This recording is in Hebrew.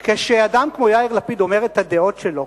כשאדם כמו יאיר לפיד אומר את הדעות שלו,